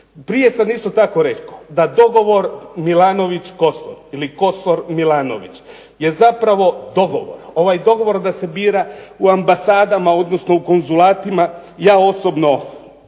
Prije sam isto tako rekao da dogovor Milanović-Kosor ili Kosor-Milanović je zapravo dogovor, ovaj dogovor da se bira u ambasadama, odnosno u konzulatima ja osobno